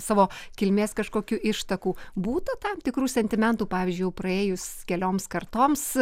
savo kilmės kažkokių ištakų būta tam tikrų sentimentų pavyzdžiui jau praėjus kelioms kartoms